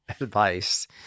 advice